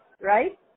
Right